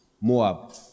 Moab